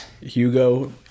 hugo